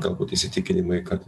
galbūt įsitikinimai kad